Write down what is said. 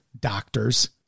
doctors